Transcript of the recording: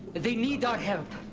they need our help.